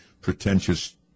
pretentious